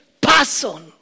person